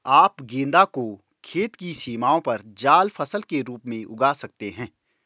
आप गेंदा को खेत की सीमाओं पर जाल फसल के रूप में उगा सकते हैं